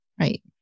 right